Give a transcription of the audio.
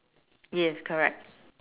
yes correct